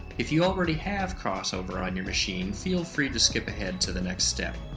if you already have crossover on your machine, feel free to skip ahead to the next step.